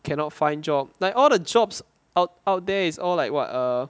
cannot find job like all the jobs out out there is all like [what] err